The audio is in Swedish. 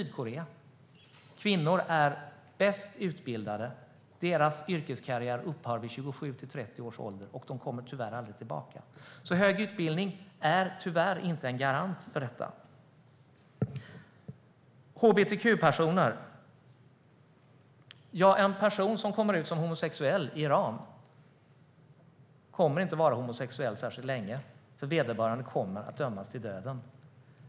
Där är kvinnorna bäst utbildade, men deras yrkeskarriär upphör vid 27-30 års ålder, och de kommer tyvärr aldrig tillbaka. Hög utbildning är tyvärr alltså inte en garant för detta. Jag vill också säga något om hbtq-personers situation. En person som kommer ut som homosexuell i Iran kommer inte att vara homosexuell särskilt länge, för vederbörande kommer att dömas till döden.